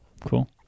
Cool